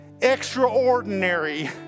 extraordinary